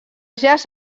jaç